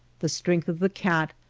the strength of the cat,